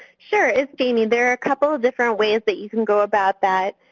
sure. it's jayme. there are a couple of different ways that you can go about that.